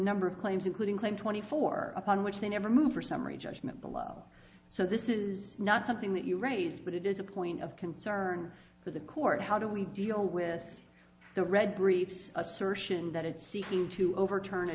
number of claims including claim twenty four upon which they never move for summary judgment below so this is not something that you raised but it is a point of concern for the court how do we deal with the red briefs assertion that it's seeking to overturn a